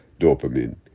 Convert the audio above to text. dopamine